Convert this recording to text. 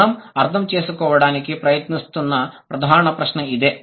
మనం అర్థం చేసుకోవడానికి ప్రయత్నిస్తున్న ప్రధాన ప్రశ్న ఇదే